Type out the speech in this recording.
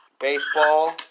baseball